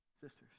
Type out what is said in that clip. sisters